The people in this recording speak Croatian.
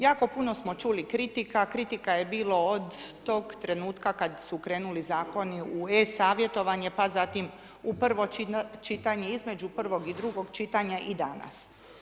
Jako puno smo čuli kritika, kritika je bilo od toga trenutka kada su krenuli Zakoni u e-savjetovanje, pa zatim u prvo čitanje, između prvog i drugog čitanja i danas.